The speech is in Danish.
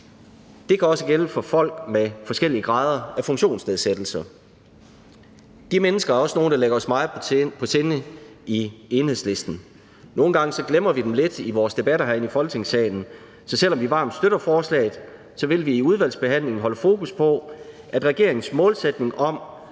Det kan også gælde for folk med forskellige grader af funktionsnedsættelse. De mennesker er også nogle, der ligger os meget på sinde i Enhedslisten. Nogle gange glemmer vi dem lidt i vores debatter herinde i Folketingssalen, så selv om vi varmt støtter forslaget, vil vi i udvalgsbehandlingen holde fokus på, at regeringens målsætning om